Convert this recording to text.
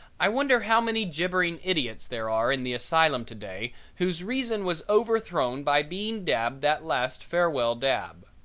i wonder how many gibbering idiots there are in the asylum today whose reason was overthrown by being dabbed that last farewell dab.